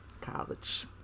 college